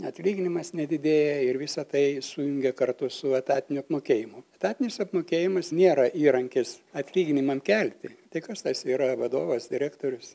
atlyginimas nedidėja ir visa tai sujungia kartu su etatiniu apmokėjimu etatinis apmokėjimas nėra įrankis atlyginimams kelti tai kas tas yra vadovas direktorius